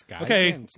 okay